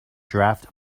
draft